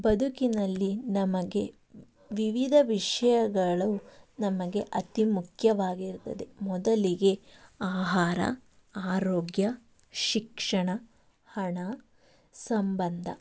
ಬದುಕಿನಲ್ಲಿ ನಮಗೆ ವಿವಿಧ ವಿಷಯಗಳು ನಮಗೆ ಅತಿ ಮುಖ್ಯವಾಗಿರುತ್ತದೆ ಮೊದಲಿಗೆ ಆಹಾರ ಆರೋಗ್ಯ ಶಿಕ್ಷಣ ಹಣ ಸಂಬಂಧ